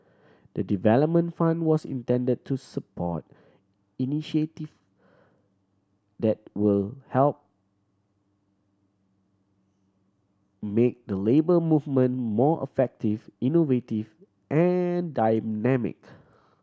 the development fund was intend to support initiative that will help make the Labour Movement more effective innovative and dynamic